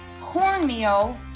cornmeal